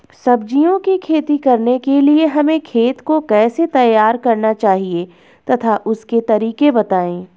सब्जियों की खेती करने के लिए हमें खेत को कैसे तैयार करना चाहिए तथा उसके तरीके बताएं?